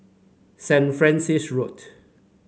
Saint Francis Road